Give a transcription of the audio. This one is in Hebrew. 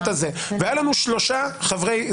היו לנו שלושה חברים.